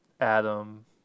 Adam